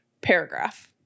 paragraph